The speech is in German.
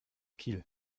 kiel